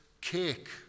cake